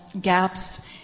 gaps